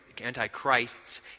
antichrists